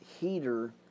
heater